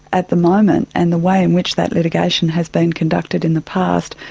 at the moment, and the way in which that litigation has been conducted in the past,